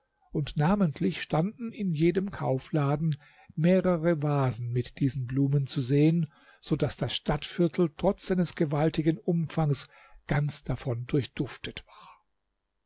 und namentlich standen in jedem kaufladen mehrere vasen mit diesen blumen zu sehen so daß das stadtviertel trotz seines gewaltigen umfangs ganz davon durchduftet war